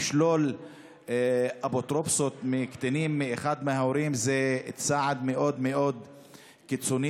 לשלול אפוטרופסות על קטינים מאחד מההורים זה צעד מאוד מאוד קיצוני,